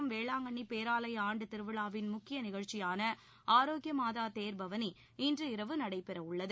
நாகை மாவட்டம் வேளாங்கண்ணி பேராலய ஆண்டுத் திருவிழாவின் முக்கிய நிகழ்ச்சியான ஆரோக்கிய மாதா தேர் பவனி இன்று இரவு நடைபெறவுள்ளது